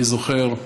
אני זוכר,